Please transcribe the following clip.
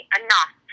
enough